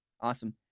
Awesome